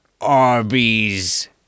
Arby's